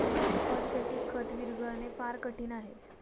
phosphatic खत विरघळणे फार कठीण आहे